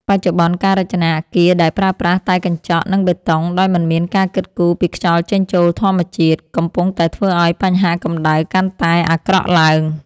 បច្ចុប្បន្ន ការរចនាអគារដែលប្រើប្រាស់តែកញ្ចក់ និងបេតុងដោយមិនមានការគិតគូរពីខ្យល់ចេញចូលធម្មជាតិ កំពុងតែធ្វើឱ្យបញ្ហាកម្ដៅកាន់តែអាក្រក់ឡើង។